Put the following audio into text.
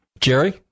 Jerry